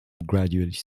graduate